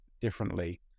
differently